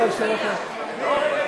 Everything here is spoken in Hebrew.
נצביע על שם החוק כנוסח הוועדה.